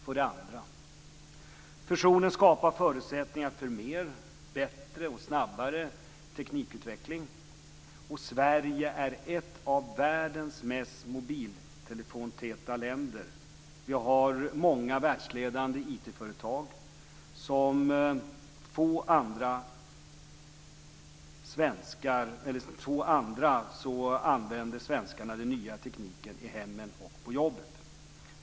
För det andra: Fusionen skapar förutsättningar för mer, bättre och snabbare teknikutveckling. Sverige är ett av världens mest mobiltelefontäta länder. Vi har många världsledande IT-företag. Som få andra använder svenskarna den nya tekniken i hemmen och på jobbet.